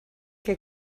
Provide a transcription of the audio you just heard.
que